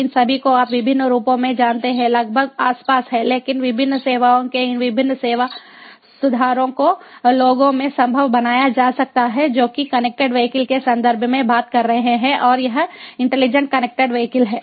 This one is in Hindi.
इन सभी को आप विभिन्न रूपों में जानते हैं लगभग आस पास हैं लेकिन विभिन्न सेवाओं के इन विभिन्न सेवा सुधारों को लोगों में संभव बनाया जा सकता है जो कि कनेक्टेड वीहिकल के संदर्भ में बात कर रहे हैं और यह इंटेलिजेंट कनेक्टेड वीहिकल हैं